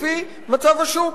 לפי מצב השוק.